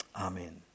Amen